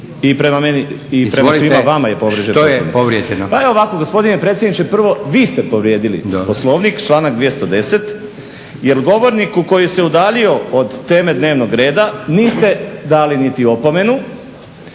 **Burić, Dinko (HDSSB)** Pa evo ovako gospodine predsjedniče prvo vi ste povrijedili Poslovnik, članak 210., jer govorniku koji se udaljio od teme dnevnog reda niste dali niti opomenu,